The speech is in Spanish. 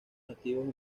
nativos